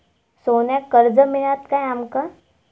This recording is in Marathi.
सोन्याक कर्ज मिळात काय आमका?